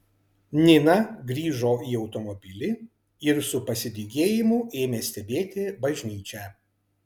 nina grįžo į automobilį ir su pasidygėjimu ėmė stebėti bažnyčią